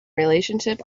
relationship